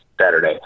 Saturday